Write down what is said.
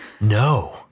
no